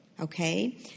okay